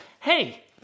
hey